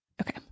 Okay